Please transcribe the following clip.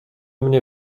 mnie